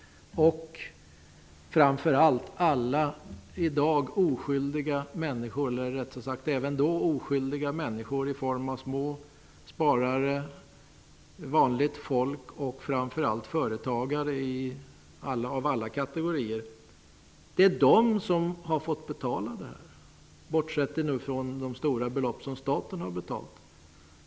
Men framför allt är det alla, både då och i dag, oskyldiga människor -- småsparare, vanligt folk och särskilt företagare av alla kategorier -- som har fått, och får, betala i det här sammanhanget, bortsett från de stora belopp som staten har betalat.